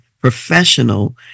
professional